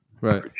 Right